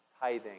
tithing